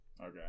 Okay